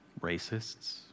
racists